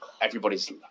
everybody's